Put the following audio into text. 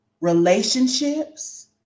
relationships